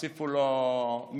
הוסיפו לו הגבלות,